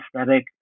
aesthetic